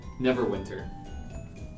Neverwinter